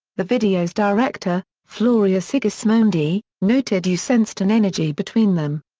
the video's director, floria sigismondi, noted you sensed an energy between them.